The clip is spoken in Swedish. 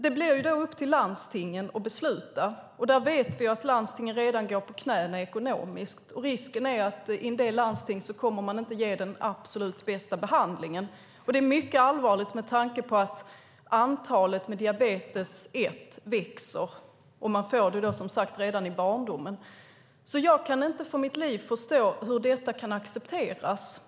Det blir upp till landstingen att besluta om det, och vi vet ju att landstingen redan går på knäna ekonomiskt. Risken är att man i en del landsting inte kommer att ge den absolut bästa behandlingen. Det är mycket allvarligt med tanke på att antalet med diabetes 1 växer och att man får det redan i barndomen. Jag kan inte för mitt liv förstå hur detta kan accepteras.